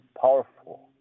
powerful